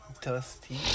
Dusty